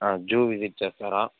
zoo visit చేస్తారా